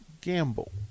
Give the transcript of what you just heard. gamble